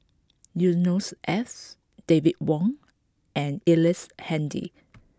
Yusnor Ef David Wong and Ellice Handy